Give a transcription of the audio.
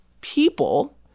people